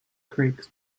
creaks